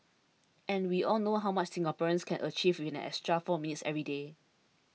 and we all know how much Singaporeans can achieve with an extra four minutes every day